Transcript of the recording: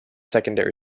secondary